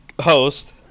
host